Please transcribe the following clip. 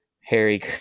Harry